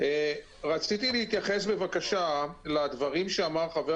רציתי להתייחס בבקשה לדברים שאמר חבר